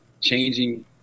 changing